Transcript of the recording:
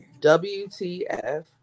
WTF